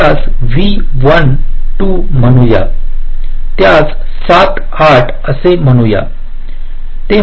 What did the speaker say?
त्यास v 1 2 म्हणूया त्यास 7 8 असे म्हणू या